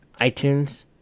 iTunes